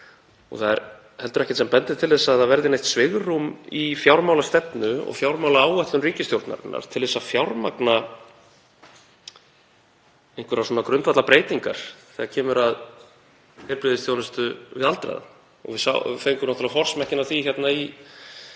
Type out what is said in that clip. Það er heldur ekkert sem bendir til þess að það verði neitt svigrúm í fjármálastefnu og fjármálaáætlun ríkisstjórnarinnar til að fjármagna einhverjar grundvallarbreytingar þegar kemur að heilbrigðisþjónustu við aldraða. Við fengum nú forsmekkinn að því í